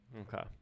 Okay